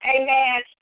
Amen